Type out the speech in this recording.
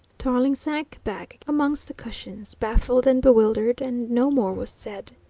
tarling sank back amongst the cushions, baffled and bewildered, and no more was said.